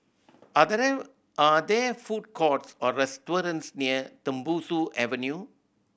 are there are there food courts or restaurants near Tembusu Avenue